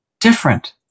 different